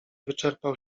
wyczerpał